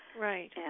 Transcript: Right